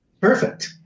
Perfect